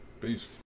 Peace